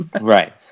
Right